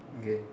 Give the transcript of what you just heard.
okay